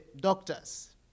doctors